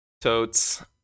Totes